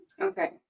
okay